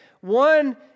One